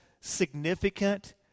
significant